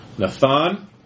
Nathan